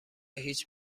هیچ